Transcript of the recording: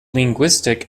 linguistic